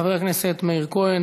חבר הכנסת מאיר כהן,